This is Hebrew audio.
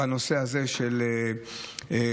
בנושא הזה של הפתרונות,